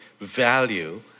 value